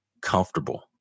comfortable